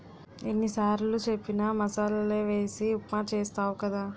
ఎన్ని సారులు చెప్పిన మసాలలే వేసి ఉప్మా చేస్తావు కదా